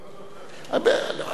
אז אני אומר,